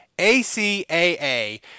A-C-A-A